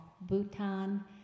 Bhutan